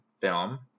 film